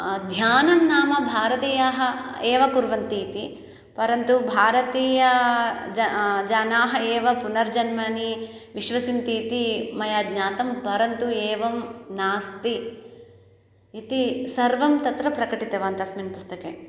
ध्यानं नाम भारतीयाः एव कुर्वन्ति इति परन्तु भारतीय ज जनाः एव पुनर्जन्मनि विश्वसन्ति इति मया ज्ञातं परन्तु एवं नास्ति इति सर्वं तत्र प्रकटितवान् तस्मिन् पुस्तके